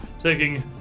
taking